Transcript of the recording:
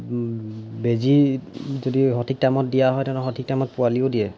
বেজি যদি সঠিক টাইমত দিয়া হয় তেনেহ'লে সঠিক টাইমত পোৱালীও দিয়ে